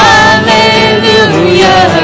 Hallelujah